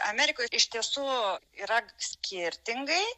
amerikoj iš tiesų yra skirtingai